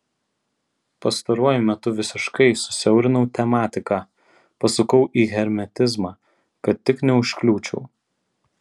pastaruoju metu visiškai susiaurinau tematiką pasukau į hermetizmą kad tik neužkliūčiau